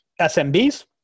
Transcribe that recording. SMBs